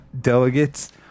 delegates